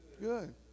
good